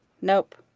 Nope